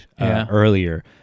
earlier